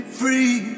free